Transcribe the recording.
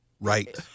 Right